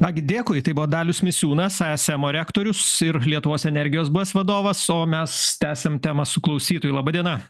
ką gi dėkui tai buvo dalius misiūnas ajasemo rektorius ir lietuvos energijos buvęs vadovas o mes tęsiam temą su klausytoju laba diena